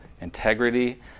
integrity